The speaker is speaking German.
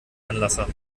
anlasser